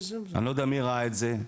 אני לא יודע מי ראה את זה,